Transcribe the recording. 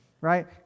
right